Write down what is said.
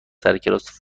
سرکلاس